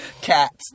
Cats